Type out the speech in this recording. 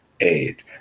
aid